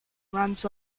runs